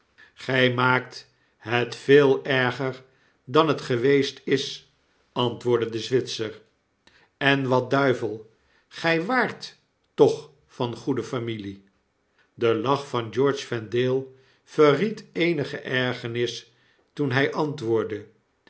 gij maakt het veel erger dan het geweest is antwoordde de zwitser en wat duivel gij waart toch van goede familie de lach van george vendale verried eenige ergernis toen hy antwoordde